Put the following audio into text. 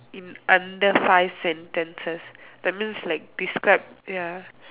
in under five sentences that means like describe ya